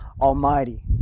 Almighty